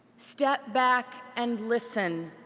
step back and listen.